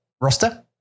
roster